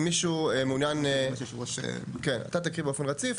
אם מישהו מעוניין, כן, אתה תקריא באופן רציף.